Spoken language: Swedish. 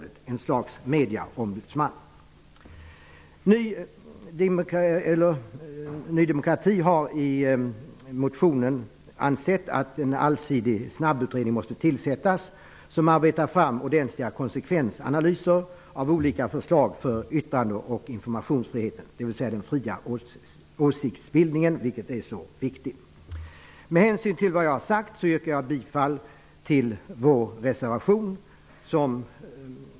Det skulle bli något slags medieombudsman. Ny demokrati har i motionen ansett att en allsidig snabbutredning måste tillsättas som arbetar fram ordentliga konsekvensanalyser av olika förslag som rör yttrande och informationsfriheten, dvs. den fria åsiktsbildningen som är så viktig. I avvaktan på att en ny utredning görs yrkar jag bifall till vår motion.